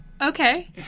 Okay